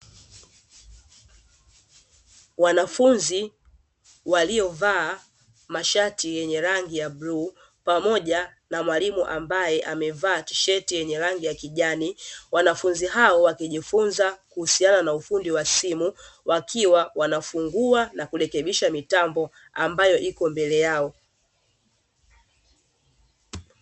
Wanafunzi waliovaa mashati yenye rangi ya bluu pamoja na mwalimu ambaye amevaa tisheti yenye rangi ya kijani. Wanafunzi hao wakijifunza kuhusiana na ufundi wa simu, wakiwa wanafunga na kurekebisha mitambo ambayo ipo mbele yao.